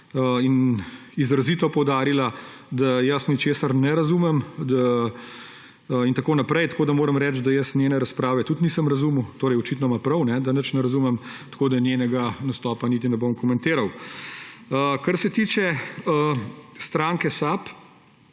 izrazito poudarila, da jaz ničesar ne razumem in tako naprej. Tako da moram reči, da jaz njene razprave tudi nisem razumel, torej očitno ima prav, da nič ne razumem. Tako da njenega nastopa niti ne bom komentiral. Kar se tiče stranke SAB,